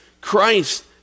Christ